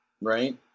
right